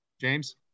James